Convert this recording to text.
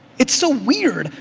it's so weird.